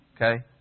okay